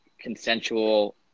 consensual